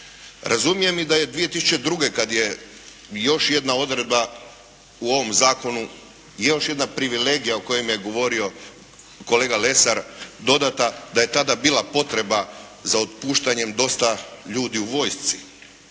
Razumijem i da je 2002. kad je još jedna odredba u ovom zakonu i još jedna privilegija o kojoj je govorio kolega Lesar dodata da je tada bila potreba za otpuštanjem dosta ljudi u vojsci